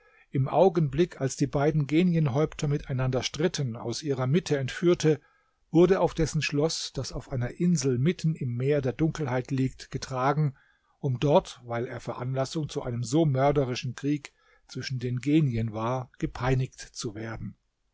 im augenblick als die beiden genienhäupter miteinander stritten aus ihrer mitte entführte wurde auf dessen schloß das auf einer insel mitten im meer der dunkelheit liegt getragen um dort weil er veranlassung zu einem so mörderischen krieg zwischen den genien war gepeinigt zu werden